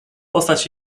postać